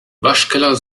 waschkeller